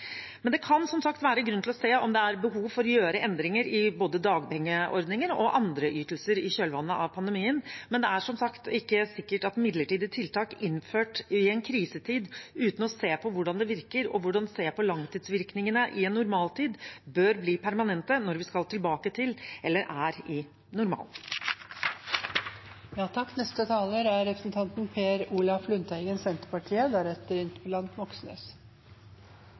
Men det kan som sagt være grunn til å se om det er behov for å gjøre endringer i både dagpengeordningen og andre ytelser i kjølvannet av pandemien. Det er likevel ikke sikkert at midlertidige tiltak innført i en krisetid, uten å se på hvordan de virker, og uten å se på langtidsvirkningene i en normaltid, bør bli permanente når vi skal tilbake til eller er i normalen. Jeg vil først takke representanten